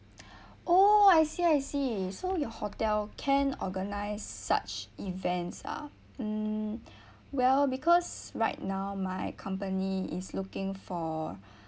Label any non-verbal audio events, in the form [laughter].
[breath] oh I see I see so your hotel can organise such events ah mm [breath] well because right now my company is looking for